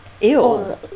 Ew